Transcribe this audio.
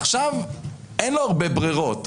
עכשיו אין לו הרבה ברירות,